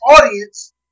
audience